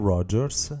Rogers